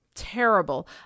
terrible